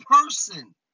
person